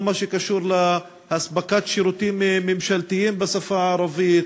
מה שקשור לאספקת שירותים ממשלתיים בשפה הערבית,